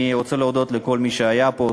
אני רוצה להודות לכל מי שהיה פה.